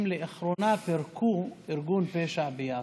הם לאחרונה פירקו ארגון פשע ביפו,